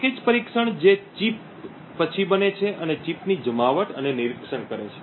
package પરીક્ષણ જે chip પછી બને છે અને ચીપની જમાવટ અને નિરીક્ષણ કરે છે